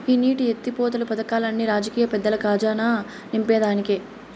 ఈ నీటి ఎత్తిపోతలు పదకాల్లన్ని రాజకీయ పెద్దల కజానా నింపేదానికే